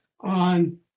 on